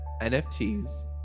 NFTs